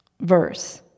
verse